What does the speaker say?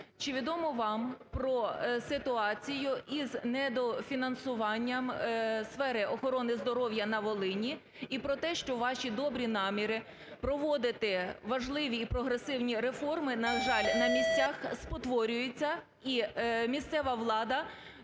Чи відомо вам про ситуацію із недофінансуванням сфери охорони здоров'я на Волині? І про те, що ваші добрі наміри проводити важливі і прогресивні реформи, на жаль, на місцях спотворюються. І місцева влада